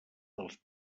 dels